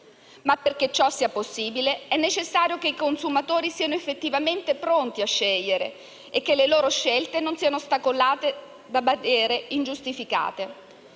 affinché ciò sia possibile è necessario che i consumatori siano effettivamente pronti a scegliere e che le loro scelte non siano ostacolate da barriere ingiustificate.